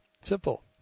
Simple